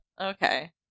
Okay